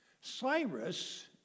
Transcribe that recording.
Cyrus